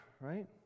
right